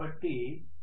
కాబట్టి నేను దీనిని 0